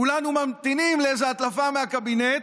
כולנו ממתינים לאיזו הדלפה מהקבינט,